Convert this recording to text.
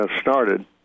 started